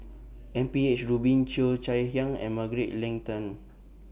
M P H Rubin Cheo Chai Hiang and Margaret Leng Tan